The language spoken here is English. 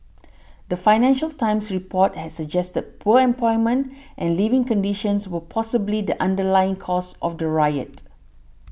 the Financial Times report had suggested poor employment and living conditions were possibly the underlying causes of the riot